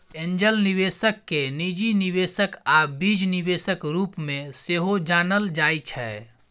angel निबेशक केँ निजी निबेशक आ बीज निबेशक रुप मे सेहो जानल जाइ छै